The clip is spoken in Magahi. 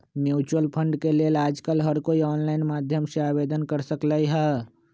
म्यूचुअल फंड के लेल आजकल हर कोई ऑनलाईन माध्यम से आवेदन कर सकलई ह